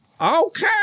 Okay